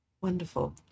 Wonderful